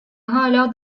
hâlâ